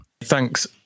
thanks